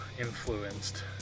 influenced